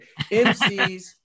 MCs